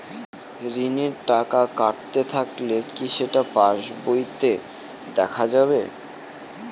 ঋণের টাকা কাটতে থাকলে কি সেটা পাসবইতে দেখা যাবে?